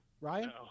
Ryan